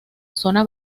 zona